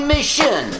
Mission